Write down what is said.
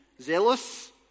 zealous